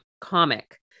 comic